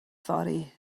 yfory